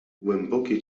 głębokie